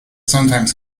sometimes